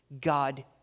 God